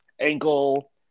ankle